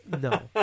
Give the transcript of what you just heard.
No